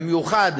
במיוחד